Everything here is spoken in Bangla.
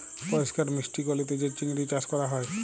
পরিষ্কার মিষ্টি পালিতে যে চিংড়ি চাস ক্যরা হ্যয়